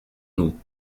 nous